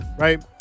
Right